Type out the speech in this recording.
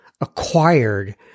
acquired